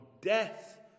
death